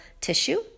tissue